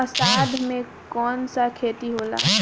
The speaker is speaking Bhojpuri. अषाढ़ मे कौन सा खेती होला?